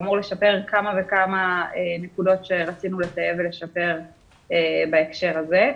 אמור לשפר כמה וכמה נקודות שרצינו לטייב ולשפר בהקשר הזה.